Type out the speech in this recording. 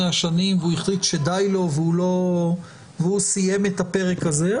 השנים והוא החליט שדי לו והוא סיים את הפרק הזה,